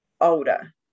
older